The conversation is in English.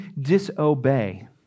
disobey